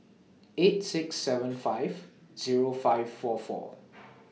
eight six seven five Zero five four four